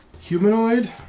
Humanoid